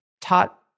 taught